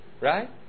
Right